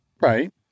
Right